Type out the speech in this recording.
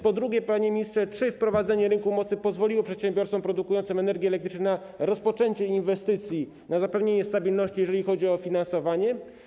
Po drugie, panie ministrze: Czy wprowadzenie rynku mocy pozwoliło przedsiębiorcom produkującym energię elektryczną na rozpoczęcie inwestycji, na zapewnienie stabilności, jeżeli chodzi o finansowanie?